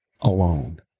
alone